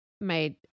made